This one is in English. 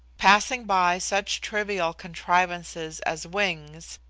passing by such trivial contrivances as wings,